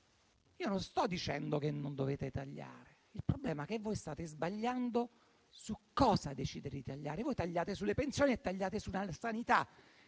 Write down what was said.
Io non sto dicendo che non dovete tagliare; il problema è che voi state sbagliando su cosa decidere di tagliare: voi tagliate sulle pensioni e sulla sanità,